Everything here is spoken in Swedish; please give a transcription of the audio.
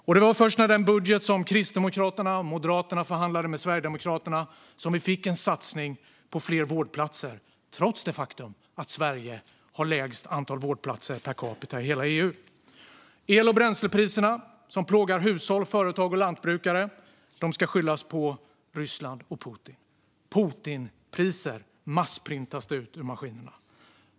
Och det var först med den budget som Kristdemokraterna och Moderaterna förhandlade med Sverigedemokraterna som vi fick en satsning på fler vårdplatser, trots det faktum att Sverige har lägst antal vårdplatser per capita i hela EU. De el och bränslepriser som plågar hushåll, företag och lantbrukare ska skyllas på Ryssland och Putin. Putinpriser, massprintas det ut ur maskinerna.